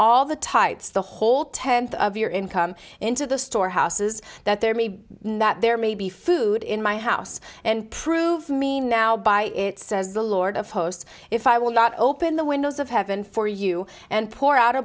types the whole tenth of your income into the store houses that there may be that there may be food in my house and prove me now by it says the lord of hosts if i will not open the windows of heaven for you and pour out a